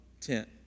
tent